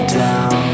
down